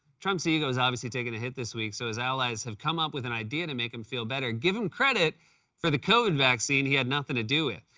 trump's ego has obviously taking a hit this week, so his allies have come up with an idea to make him feel better give him credit for the covid vaccine he had nothing to do with.